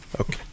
Okay